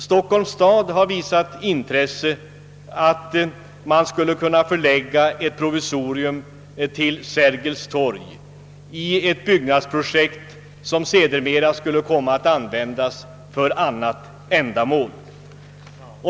Stockholms stad har visat intresse för att man skall kunna förlägga ett provisorium till Sergels torg i ett byggnadsprojekt, som sedermera skulle komma att användas för annat ändamål.